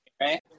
right